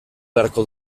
beharko